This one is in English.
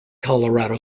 colorado